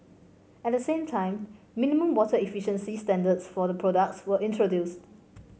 at the same time minimum water efficiency standards for the products were introduced